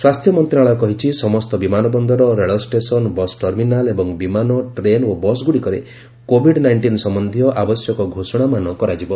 ସ୍ୱାସ୍ଥ୍ୟ ମନ୍ତ୍ରଣାଳୟ କହିଛି ସମସ୍ତ ବିମାନ ବନ୍ଦର ରେଳଷ୍ଟେସନ ବସ୍ ଟର୍ମିନାଲ୍ ଏବଂ ବିମାନ ଟ୍ରେନ୍ ଓ ବସ୍ଗୁଡ଼ିକରେ କୋଭିଡ୍ ନାଇଷ୍ଟିନ୍ ସମ୍ୟନ୍ଧୀୟ ଆବଶ୍ୟକ ଘୋଷଣାମାନ କରାଯିବ